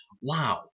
wow